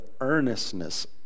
earnestness